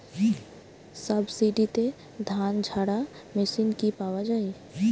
সাবসিডিতে ধানঝাড়া মেশিন কি পাওয়া য়ায়?